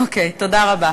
תודה רבה.